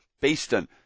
Beeston